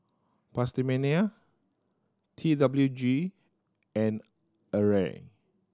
PastaMania T W G and Arai